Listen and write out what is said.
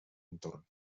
entorn